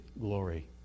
glory